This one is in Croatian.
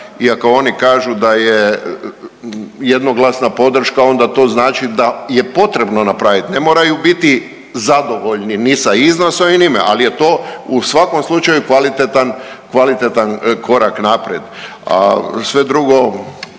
iako oni kažu da je jednoglasna podrška, onda to znači da je potrebno napraviti. Ne moraju biti zadovoljni ni sa iznosom, ali .../Govornik se ne razumije./... ali je to u svakom slučaju kvalitetan korak naprijed, a sve drugo,